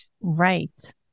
Right